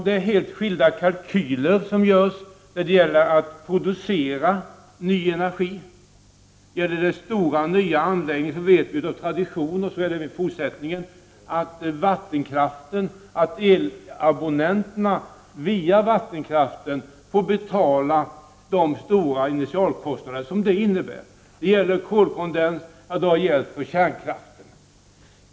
Det är helt skilda kalkyler som görs när det gäller att producera ny energi. Vi vet att det av tradition är elabonnenterna som via vattenkraften får betala de stora initialkostnaderna för nya stora anläggningar. Så blir det även i fortsättningen. Det har gällt kärnkraften, och det gäller kolkondens.